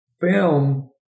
film